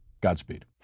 Godspeed